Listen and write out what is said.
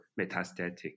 metastatic